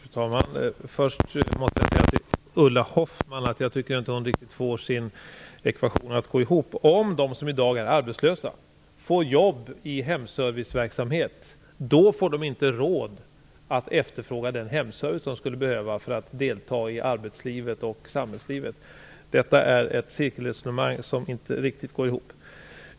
Fru talman! Först måste jag säga till Ulla Hoffmann att jag inte riktigt tycker att hon får sin ekvation att gå ihop. Hon sade att om de som i dag är arbetslösa får jobb i hemserviceverksamhet får de inte råd att efterfråga den hemservice de skulle behöva för att delta i arbetslivet och i samhällslivet. Detta är ett cirkelresonemang som inte riktigt går ihop.